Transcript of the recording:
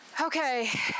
Okay